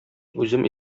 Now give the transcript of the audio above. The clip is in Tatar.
үзем